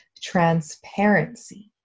transparency